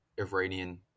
iranian